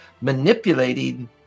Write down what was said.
manipulating